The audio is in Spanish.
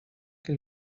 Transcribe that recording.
que